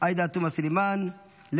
בדירת המשפחה של